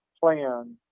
plan